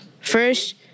First